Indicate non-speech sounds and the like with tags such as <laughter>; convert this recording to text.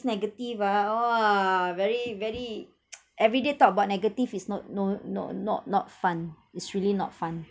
negative ah !wah! very very <noise> everyday talk about negative is not no not not not fun it's really not fun